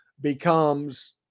becomes